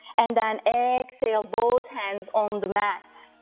and then exhale, both hands on the mat,